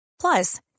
Plus